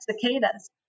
cicadas